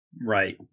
Right